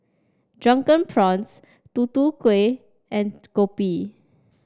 Drunken Prawns Tutu Keh and Kopi